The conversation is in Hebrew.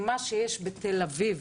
מה שיש בתל אביב